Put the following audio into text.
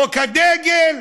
חוק הדגל,